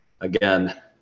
again